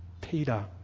Peter